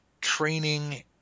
training